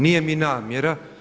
Nije mi namjera.